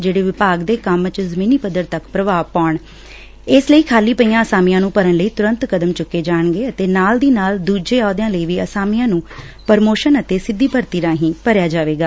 ਜਿਹੜੇ ਵਿਭਾਗ ਦੇ ਕੰਮ ਚ ਜ਼ਮੀਨੀ ਪੱਧਰ ਤੱਕ ਪ੍ਰਭਾਵ ਪਾਉਣ ਇਸ ਲਈ ਖਾਲੀ ਪਈਆਂ ਅਸਾਮੀਆਂ ਨੂੰ ਭਰਨ ਲਈ ਤੁਰੰਤ ਕਦਮ ਚੁੱਕੇ ਜਾਣਗੇ ਨਾਲ ਦੀ ਨਾਲ ਦੁਜੇ ਅਹੁਦਿਆਂ ਲਈ ਵੀ ਅਸਾਮੀਆਂ ਨੁੰ ਪਰਮੋਸ਼ਨ ਅਤੇ ਸਿੱਧੀ ਭਰਤੀ ਰਾਹੀਂ ਭਰਿਆ ਜਾਵੇਗਾ